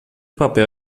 papel